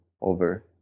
over